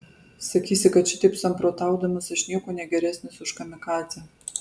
sakysi kad šitaip samprotaudamas aš niekuo negeresnis už kamikadzę